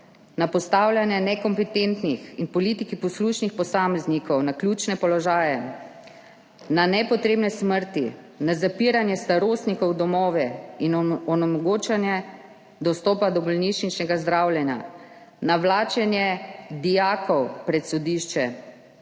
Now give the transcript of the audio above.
na postavljanje nekompetentnih in politiki poslušnih posameznikov na ključne položaje, na nepotrebne smrti, na zapiranje starostnikov v domove in onemogočanje dostopa do bolnišničnega zdravljenja, na vlačenje dijakov pred sodišče,